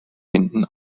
hinten